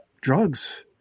drugs